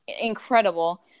incredible